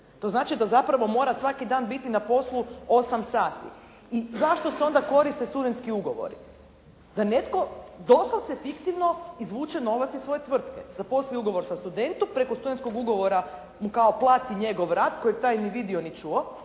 To znači da zapravo mora biti svaki dan na poslu 8 sati. I zašto se onda koriste studentski ugovori? Da netko doslovce fiktivno izvuče novac iz svoje tvrtke. Zaposli ugovor sa studentom preko studentskog ugovora mu kao plati njegov rad, koji taj ni vidio, ni čuo,